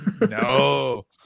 No